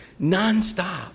nonstop